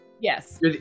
Yes